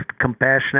compassionate